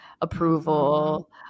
approval